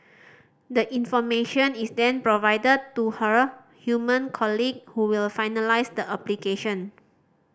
the information is then provided to her human colleague who will finalise the application